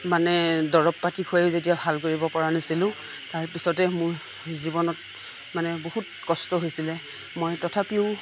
মানে দৰৱ পাতি খুৱাইও যেতিয়া ভাল কৰিব পৰা নাছিলোঁ তাৰপিছতে মোৰ জীৱনত মানে বহুত কষ্ট হৈছিলে মই তথাপিও